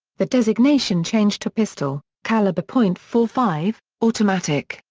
the designation changed to pistol, caliber point four five, automatic,